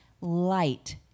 light